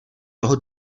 toho